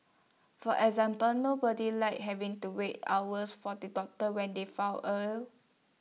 for example nobody likes having to wait hours for the doctor when they fall ill